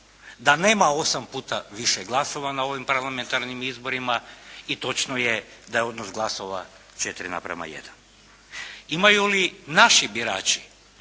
da nema 8 puta više glasova na ovim parlamentarnim izborima i točno je da je odnos glasova 4:1. Imaju li naši birači